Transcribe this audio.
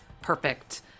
perfect